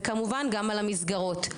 וכמובן גם על המסגרות,